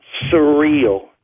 surreal